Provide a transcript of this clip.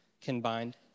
combined